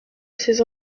ces